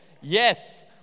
Yes